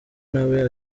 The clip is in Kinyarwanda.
nawe